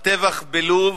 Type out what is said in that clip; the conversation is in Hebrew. הטבח בלוב